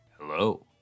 hello